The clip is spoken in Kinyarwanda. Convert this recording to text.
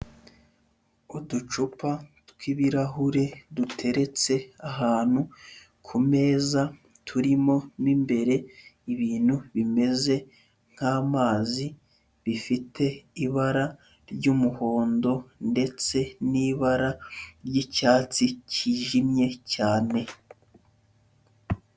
Uducupa tw'ibirahure duteretse ahantu ku meza, turimo mo imbere ibintu bimeze nk'amazi, bifite ibara ry'umuhondo ndetse n'ibara ry'icyatsi cyijimye cyane.